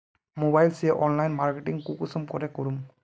Mobile से online marketing कुंसम के करूम?